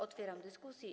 Otwieram dyskusję.